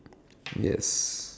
yes